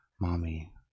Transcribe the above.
mommy